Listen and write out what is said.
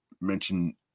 mention